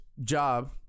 job